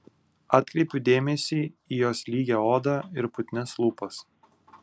atkreipiu dėmesį į jos lygią odą ir putnias lūpas